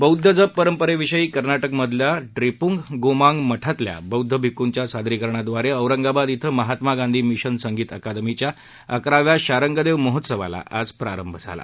बौदध जप परंपरेविषयी कर्ना क मधल्या ड्रेपंग गोमांग मठातील बौद्ध भिक्खूच्या सादरीकरणादवारे औरंगाबाद इथं महात्मा गांधी मिशन संगीत अकादमीच्या अकराव्या शारंगदेव महोत्सवाला आज प्रारंभ झाला